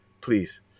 please